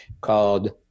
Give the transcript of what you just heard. called